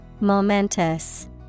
Momentous